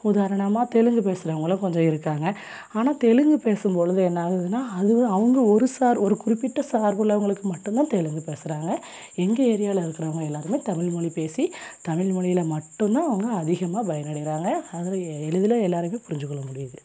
உதாரணமாக தெலுங்கு பேசுகிறவங்களும் கொஞ்சம் இருக்காங்க ஆனால் தெலுங்கு பேசும் பொழுது என்ன ஆகுதுன்னா அதுவும் அவங்க ஒரு சார் ஒரு குறிப்பிட்ட சார்புள்ளவங்களுக்கு மட்டுந்தான் தெலுங்கு பேசுகிறாங்க எங்கள் ஏரியாவில் இருக்கிறவங்க எல்லோருமே தமிழ்மொலி பேசி தமிழ்மொலில மட்டுந்தான் அவங்க அதிகமாக பயனடையிறாங்க அதில் எளிதில் எல்லோரையுமே புரிஞ்சு கொள்ள முடியுது